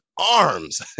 arms